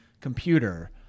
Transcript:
computer